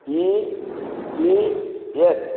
EPF